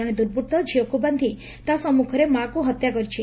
ଜଣେ ଦୁର୍ବୂର୍ତ ଝିଅକୁ ବାନ୍ଧି ତା ସମ୍ମୁଖରେ ମାଆକୁ ହତ୍ୟା କରିଛି